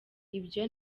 ibyo